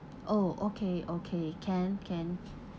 oh okay okay can can